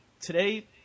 today